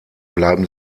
bleiben